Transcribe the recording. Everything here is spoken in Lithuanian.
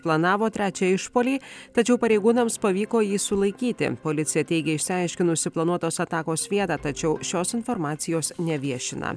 planavo trečią išpuolį tačiau pareigūnams pavyko jį sulaikyti policija teigia išsiaiškinusi planuotos atakos vietą tačiau šios informacijos neviešina